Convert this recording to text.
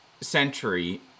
century